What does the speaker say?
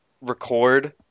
record